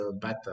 better